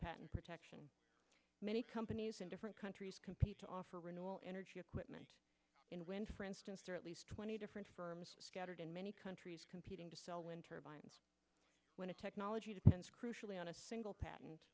patent protection many companies in different countries compete to offer renewal energy equipment in wind for instance or at least twenty different firms in many countries competing to sell wind turbines when a technology depends crucially on a single pat